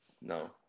No